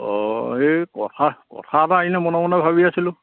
অঁ এই কথা কথা এটা এনেই মনে মনে ভাবি আছিলোঁ